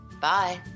bye